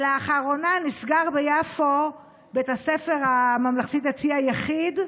לאחרונה נסגר ביפו בית הספר הממלכתי-דתי היחיד,